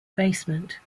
basement